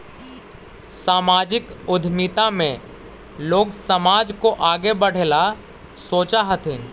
सामाजिक उद्यमिता में लोग समाज को आगे बढ़े ला सोचा हथीन